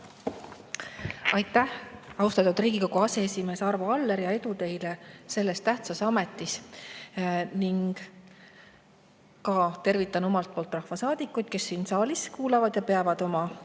Aitäh, austatud Riigikogu aseesimees Arvo Aller, ja edu teile selles tähtsas ametis! Tervitan omalt poolt rahvasaadikuid, kes siin saalis kuulavad ja peavad oma